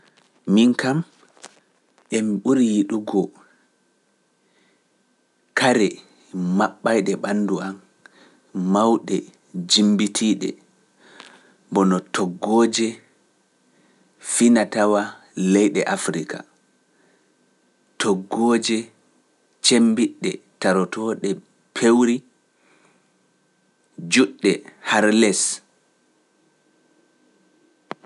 Min kam emi ɓuri yiɗugo kare maɓɓayɗe ɓanndu am mawɗe jimbitiiɗe mbono toggooje finatawa leyɗe Afrika, toggooje cemmbiɗɗe tarotooɗe pewri juɗɗe har les.